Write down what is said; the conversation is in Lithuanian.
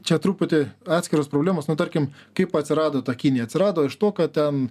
čia truputį atskiros problemos nu tarkim kaip atsirado ta kinija atsirado iš to kad ten